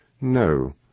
No